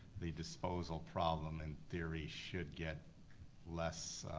the disposal problem and theory should get less